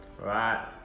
Right